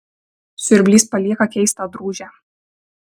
siurblys palieka keistą drūžę